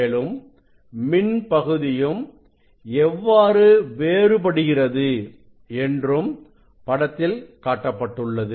மேலும் மின் பகுதியும் எவ்வாறு வேறுபடுகிறது என்றும் படத்தில் காட்டப்பட்டுள்ளது